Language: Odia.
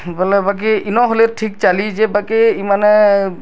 ବୋଲେ ବାକି ଇନୋ ହେଲେ ଠିକ୍ ଚାଲିଛି ବାକି ଇ ମାନେ